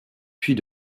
puis